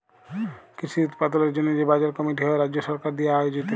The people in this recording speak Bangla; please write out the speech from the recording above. কৃষি উৎপাদলের জন্হে যে বাজার কমিটি হ্যয় রাজ্য সরকার দিয়া আয়জিত